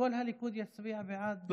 כל הליכוד יצביע בעד,